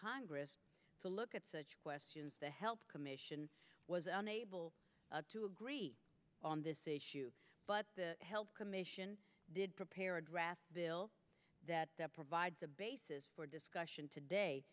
congress to look at such questions the health commission was unable to agree on this issue but the health commission did prepare a draft bill that provides a basis for discussion today